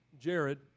Jared